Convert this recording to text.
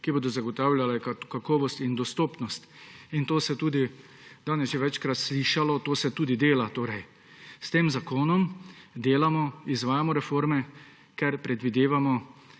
ki bodo zagotavljale kakovost in dostopnost; in to se je tudi danes že večkrat slišalo, to se tudi dela torej. S tem zakonom delamo, izvajamo reforme, ker predvidevamo